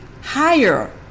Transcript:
higher